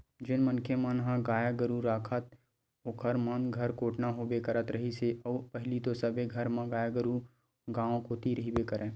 जेन मनखे मन ह गाय गरु राखय ओखर मन घर कोटना होबे करत रिहिस हे अउ पहिली तो सबे घर म गाय गरु गाँव कोती रहिबे करय